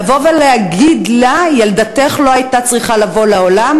לבוא ולהגיד לה: ילדתך לא הייתה צריכה לבוא לעולם?